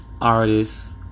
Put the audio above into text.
artists